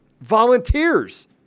Volunteers